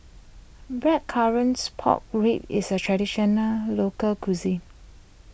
Blackcurrants Pork Ribs is a Traditional Local Cuisine